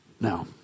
now